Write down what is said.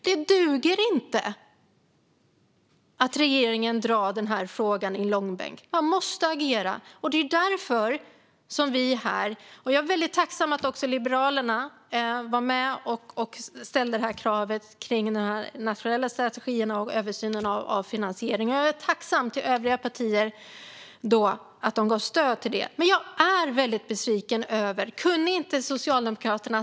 Det duger inte att regeringen drar frågan i långbänk. Man måste agera. Jag är väldigt tacksam över att Liberalerna är med och ställer krav på en nationell strategi och översyn av finansieringen. Jag är också tacksam mot övriga partier att de stöder detta. Men jag är väldigt besviken på Socialdemokraterna.